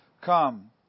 Come